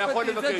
אתה יכול לבקש.